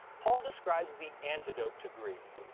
paul describes the antidote to greed,